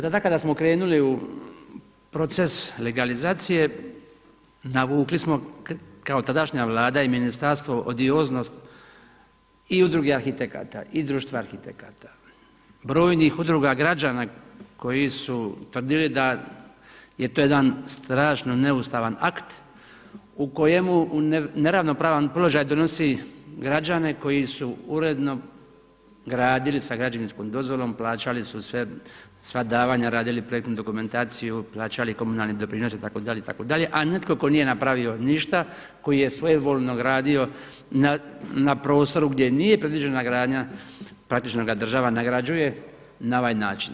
Tada kada smo krenuli u proces legalizacije navukli smo kao tadašnja Vlada i ministarstvo … i Udruge arhitekata, i Društvo arhitekata, brojnih udruga građana koji su tvrdili da je to jedan strašno neustavan akt u kojemu u neravnopravan položaj donosi građane koji su uredno gradili sa građevinskom dozvolom, plaćali su sva davanja, radili su projektnu dokumentaciju, plaćali komunalni doprinos itd., a netko tko nije napravio ništa koji je svojevoljno gradio na prostoru gdje nije predviđena gradnja praktično ga država nagrađuje na ovaj način.